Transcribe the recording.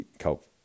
help